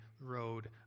road